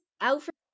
Alfred